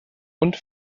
und